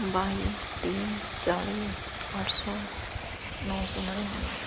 ਬਾਈ ਤੀਹ ਚਾਲ੍ਹੀ ਅੱਠ ਸੌ ਨੌ ਸੌ ਨੜਿਨਵੇਂ